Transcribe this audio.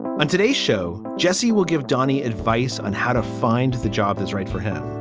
on today's show, jesse will give donnie advice on how to find the job is right for him,